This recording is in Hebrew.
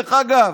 דרך אגב,